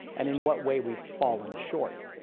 and in what way we've fallen short,